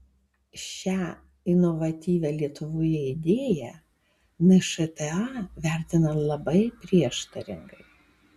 šią inovatyvią lietuvoje idėją nšta vertina labai prieštaringai